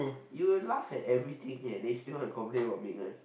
you laugh at everything eh then you still want to complain about Megan